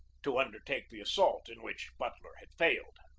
to undertake the assault in which butler had failed.